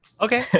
Okay